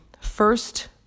first